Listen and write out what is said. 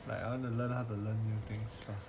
I want to learn how to learn new things faster